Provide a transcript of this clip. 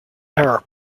error